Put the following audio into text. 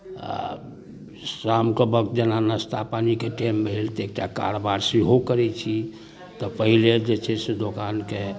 आओर शामके वक्त जेना नस्ता पानीके टाइम भेल तऽ एकटा कारबार सेहो करै छी तऽ पहिले जे छै से दोकानके